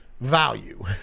value